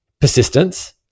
persistence